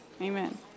Amen